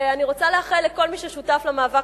ואני רוצה לאחל לכל מי ששותף למאבק